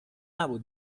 نبود